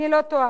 אני לא תוהה.